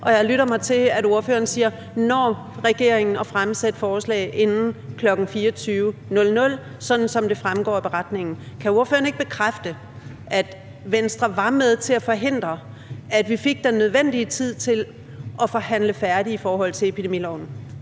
og jeg lytter mig til, at ordføreren siger: Når regeringen at fremsætte forslag inden kl. 24.00, sådan som det fremgår af beretningen? Kan ordføreren ikke bekræfte, at Venstre var med til at forhindre, at vi fik den nødvendige tid til at forhandle færdig i forhold til epidemiloven?